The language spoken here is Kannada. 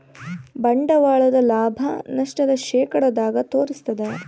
ಬಂಡವಾಳದ ಲಾಭ, ನಷ್ಟ ನ ಶೇಕಡದಾಗ ತೋರಿಸ್ತಾದ